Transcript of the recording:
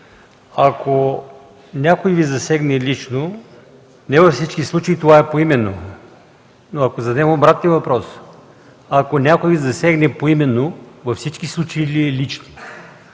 ако някой Ви засегне лично, не във всички случаи това е поименно. Но ако зададем обратния въпрос: ако някой Ви засегне поименно, във всички случаи ли е лично?